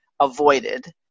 avoided